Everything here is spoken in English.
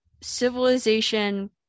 civilization